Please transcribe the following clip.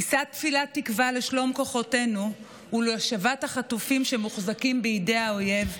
נישא תפילת תקווה לשלום כוחותינו ולהשבת החטופים שמוחזקים בידי האויב,